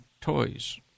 toys